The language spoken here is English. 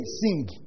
sing